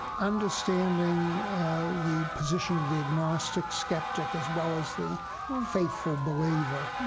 understanding the position of the agnostic skeptic as well as the faithful believer.